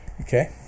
Okay